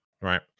Right